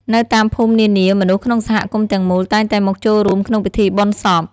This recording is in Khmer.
នៅតាមភូមិនានា មនុស្សក្នុងសហគមន៍ទាំងមូលតែងតែមកចូលរួមក្នុងពិធីបុណ្យសព។